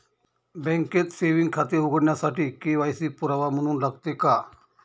बँकेत सेविंग खाते उघडण्यासाठी के.वाय.सी पुरावा म्हणून लागते का?